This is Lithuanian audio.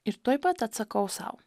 ir tuoj pat atsakau sau